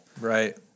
Right